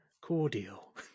cordial